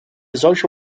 solche